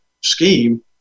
scheme